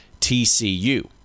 TCU